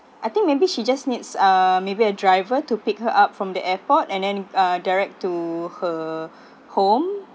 I think maybe she just needs a maybe a driver to pick her up from the airport and then uh direct to her home